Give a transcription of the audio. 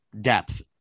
depth